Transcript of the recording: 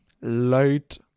Light